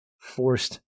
forced